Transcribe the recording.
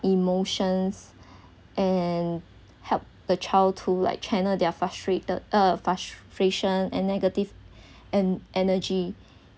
emotions and help the child to like channel their frustrated uh frustration and negative and energy